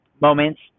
moments